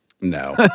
No